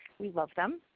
we love them.